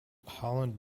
holland